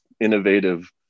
innovative